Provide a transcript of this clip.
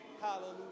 Hallelujah